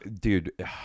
Dude